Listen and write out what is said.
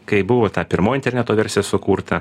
kai buvo ta pirmoji interneto versija sukurta